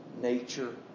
nature